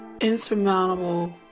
insurmountable